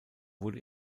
wurde